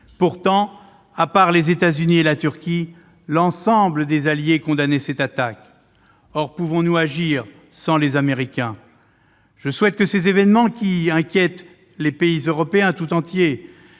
Pourtant, à part les États-Unis et la Turquie, l'ensemble des alliés condamnaient cette attaque. Pouvons-nous agir sans les Américains ? Je souhaite que ces événements, qui inquiètent tous les pays européens,